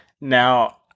Now